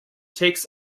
takes